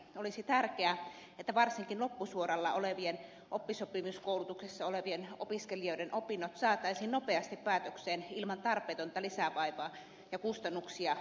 olisi tärkeää että varsinkin loppusuoralla olevien oppisopimuskoulutuksessa olevien opiskelijoiden opinnot saataisiin nopeasti päätökseen ilman tarpeetonta lisävaivaa ja kustannuksia opiskelijoilla